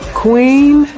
queen